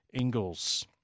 Ingalls